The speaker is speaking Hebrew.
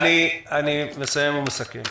אני מסיים ומסכם.